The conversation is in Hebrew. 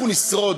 אנחנו נשרוד